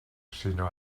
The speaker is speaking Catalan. sinó